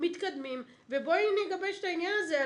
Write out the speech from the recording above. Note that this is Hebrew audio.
מתקדמים ובואי נגבש את העניין הזה.